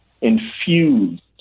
infused